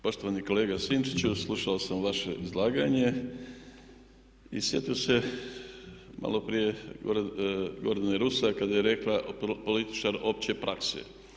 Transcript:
Poštovani kolega Sinčiću, slušao sam vaše izlaganje i sjetio se malo prije Gordane Rusak kada je rekla političar opće prakse.